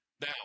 Now